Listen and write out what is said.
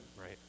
right